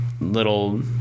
little